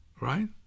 right